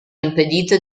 impedito